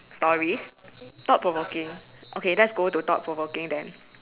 stories thought provoking okay let's go to thought provoking then